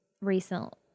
recent